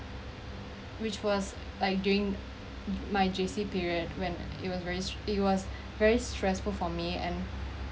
which was like during my J_C period when it was very stre~ it was very stressful for me and